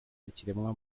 ikiremwa